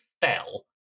fell